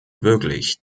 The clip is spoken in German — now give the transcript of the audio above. wirklich